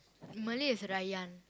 Malay is Rayyan